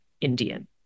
Indian